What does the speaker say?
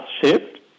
shift